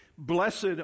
blessed